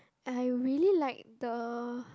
I really like the